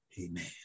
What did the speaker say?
Amen